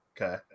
Okay